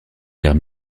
vers